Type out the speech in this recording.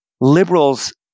liberals